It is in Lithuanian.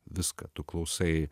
viską tu klausai